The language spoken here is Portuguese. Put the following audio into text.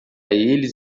eles